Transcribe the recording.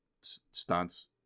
stunts